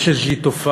יש איזו תופעה